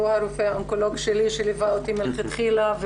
הוא הרופא האונקולוג שלי שליווה אותי מלכתחילה,